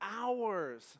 hours